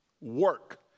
work